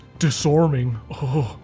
disarming